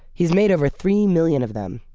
he's made over three million of them,